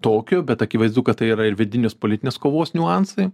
tokio bet akivaizdu kad tai yra ir vidinės politinės kovos niuansai